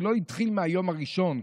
זה לא התחיל מהיום הראשון.